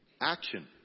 Action